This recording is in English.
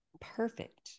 perfect